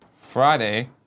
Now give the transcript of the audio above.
Friday